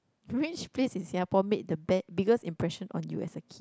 which place in Singapore made the best biggest impression on you as a kid